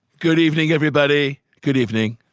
good evening, everybody. good evening.